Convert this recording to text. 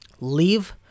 leave